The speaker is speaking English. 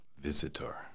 visitor